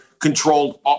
controlled